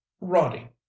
roddy